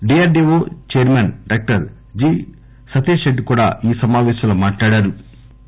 D R D O chairman doctor G Satish Reddy కూడా సమాపేశంలో మాట్లాడారు